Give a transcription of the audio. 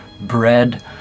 bread